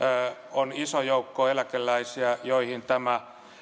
on iso joukko eläkeläisiä joihin tämä